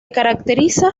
caracteriza